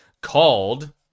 called